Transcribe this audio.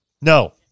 no